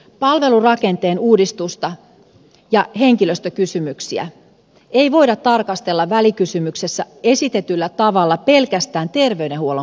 palvelurakenteen uudistusta ja henkilöstökysymyksiä ei voida tarkastella välikysymyksessä esitetyllä tavalla pelkästään terveydenhuollon kannalta